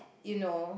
you know